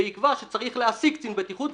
ויקבע שצריך להעסיק קצין בטיחות,